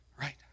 right